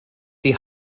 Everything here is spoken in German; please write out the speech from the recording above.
die